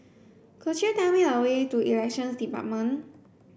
could you tell me the way to Elections Department